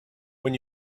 when